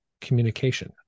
communication